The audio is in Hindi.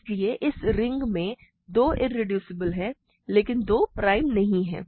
इसलिए इस रिंग में 2 इरेड्यूसिबल है लेकिन 2 प्राइम नहीं है